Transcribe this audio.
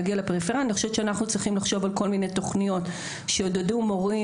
אני חושבת שאנחנו צריכים לחשוב על כל מיני תכניות שיעודדו מורים,